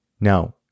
Now